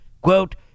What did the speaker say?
Quote